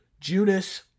Junis